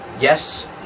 yes